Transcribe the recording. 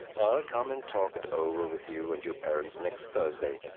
i'll come and talk it over with you and your parents next thursday.